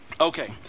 Okay